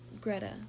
Greta